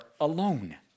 alone